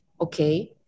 okay